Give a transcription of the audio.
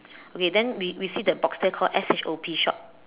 okay then we we see the box there called S H O P shop